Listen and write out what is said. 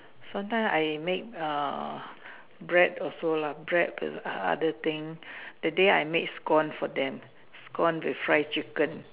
sometime I make err bread also lah bread lah other thing that day I made scone for them scone with fried chicken